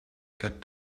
got